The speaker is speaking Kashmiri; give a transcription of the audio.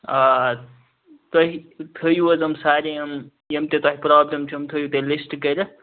آ تُہۍ تھٲیِو حظ یِم سارے یم یم تہِ تۄہہِ پرابلم چھو یِم تھٲیِو تُہۍ لسٹ کٔرِتھ